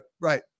Right